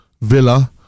Villa